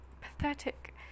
pathetic